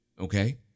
okay